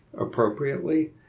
appropriately